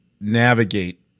navigate